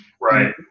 Right